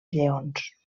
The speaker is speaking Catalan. lleons